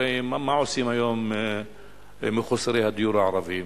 הרי מה עושים היום מחוסרי הדיור הערבים?